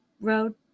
road